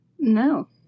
No